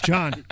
John